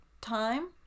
time